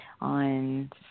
on